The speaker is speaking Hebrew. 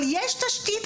אבל יש לזה תשתית,